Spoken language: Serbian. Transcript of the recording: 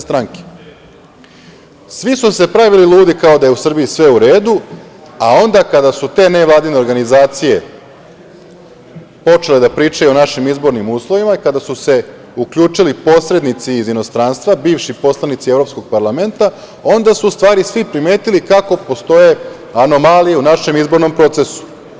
Svi su se pravili ludi kao da je u Srbiji sve u redu, a onda kada su te nevladine organizacije počele da pričaju o našim izbornim uslovima, kada su se uključili posrednici iz inostranstva, bivši poslanici Evropskog parlamenta, onda su u stvari svi primetili kako postoje anomalije u našem izbornom procesu.